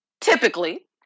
typically